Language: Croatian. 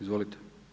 Izvolite.